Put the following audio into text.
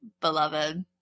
beloved